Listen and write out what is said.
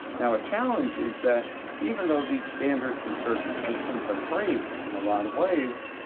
now, a challenge is that even though these standards and certifications are great in a lot of ways,